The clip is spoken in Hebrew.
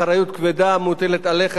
אחריות כבדה מוטלת עליך,